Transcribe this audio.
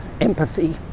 empathy